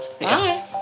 Bye